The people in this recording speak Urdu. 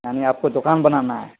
یعنی آپ کو دکان بنانا ہے